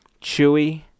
Chewy